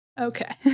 Okay